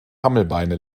hammelbeine